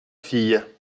fille